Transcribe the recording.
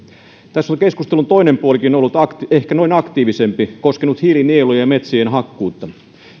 tässä on keskustelun toinen puoli ollut ehkä aktiivisempi koskenut hiilinieluja ja metsien hakkuita